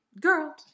girl